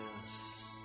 Yes